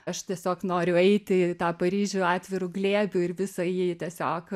aš tiesiog noriu eiti ir į tą paryžių atviru glėbiu ir visą jį tiesiog